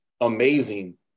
amazing